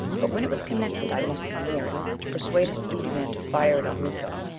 but when it was connected, i must be near it, to persuade its duty man to fire it on miko.